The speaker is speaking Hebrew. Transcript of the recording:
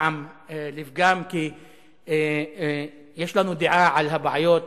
טעם לפגם, כי יש לנו דעה על הבעיות